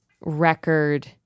record